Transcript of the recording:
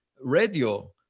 radio